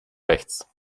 rechts